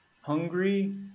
hungry